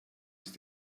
ist